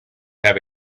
have